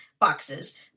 boxes